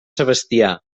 sebastià